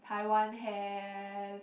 Taiwan have